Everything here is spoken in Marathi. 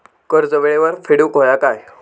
कर्ज येळेवर फेडूक होया काय?